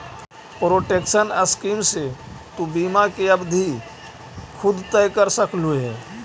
protection scheme से तु बीमा की अवधि खुद तय कर सकलू हे